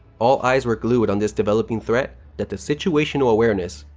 all eyes were glued on this developing threat that the situational awareness,